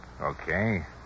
Okay